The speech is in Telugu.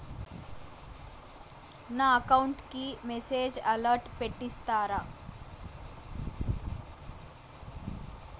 నా అకౌంట్ కి మెసేజ్ అలర్ట్ పెట్టిస్తారా